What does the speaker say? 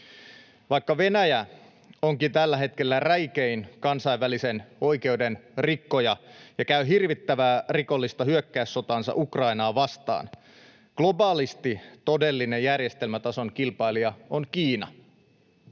Vaikka Venäjä onkin tällä hetkellä räikein kansainvälisen oikeuden rikkoja ja käy hirvittävää rikollista hyökkäyssotaansa Ukrainaa vastaan, globaalisti todellinen järjestelmätason kilpailija on Kiina.